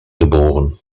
geboren